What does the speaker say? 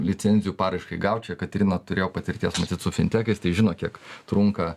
licencijų paraiškai gaut čia katrina turėjo patirties matyt su fintekais tai žino kiek trunka